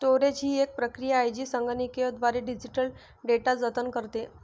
storage ही एक प्रक्रिया आहे जी संगणकीयद्वारे डिजिटल डेटा जतन करते